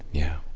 yeah.